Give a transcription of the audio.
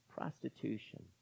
Prostitution